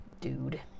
dude